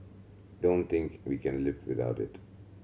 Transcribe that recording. don't think we can live without it